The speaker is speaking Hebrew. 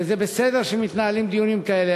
וזה בסדר שמתנהלים דיונים כאלה,